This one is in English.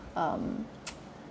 um